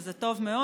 וזה טוב מאוד,